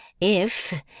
if—